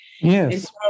Yes